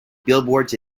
billboards